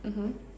mmhmm